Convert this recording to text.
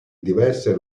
diverse